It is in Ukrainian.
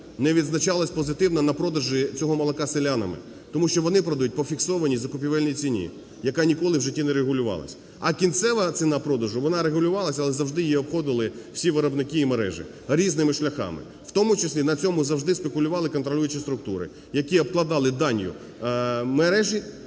не відзначалось позитивно на продажі цього молока селянами. Тому що вони продають по фіксованій закупівельній ціні, яка ніколи в житті не регулювалася. А кінцева ціна продажу, вона регулювалася, але завжди її обходили всі виробники і мережі різними шляхами, в тому числі на цьому завжди спекулювали контролюючі структури, які обкладали данью мережі